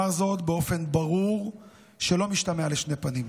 אומר זאת באופן ברור שלא משתמע לשתי פנים: